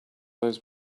those